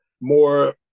more